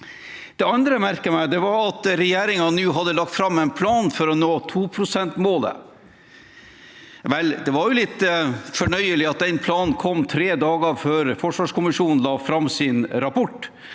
Det andre jeg merket meg, var at regjeringen nå hadde lagt fram en plan for å nå 2-prosentmålet. Vel, det var litt fornøyelig at den planen kom tre dager før forsvarskommisjonen la fram sin rapport.